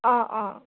অঁ অঁ